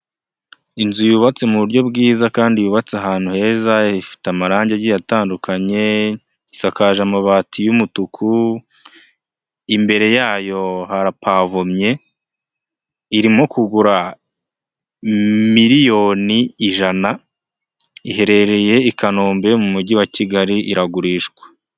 Inzu yubatse mu buryo bwiza, kandi yubatse ahantu heza, ifite amarangi agiye atandukanye, isakaje amabati y'umutuku, imbere yayo harapavomye irimo kugura miliyoni ijana, iherereye i Kanombe mu Mujyi wa Kigali iragurishwa.